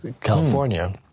California